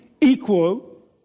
equal